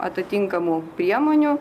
atitinkamų priemonių